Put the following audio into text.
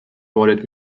وارد